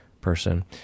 person